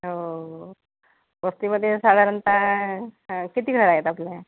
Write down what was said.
हो वस्तीमध्ये साधारणत किती घरं आहेत आपल्या